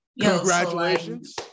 congratulations